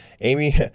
Amy